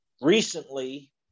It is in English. recently